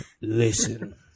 Listen